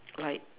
like